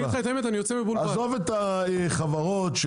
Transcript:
עזוב את החברות.